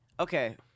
Okay